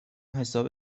حساب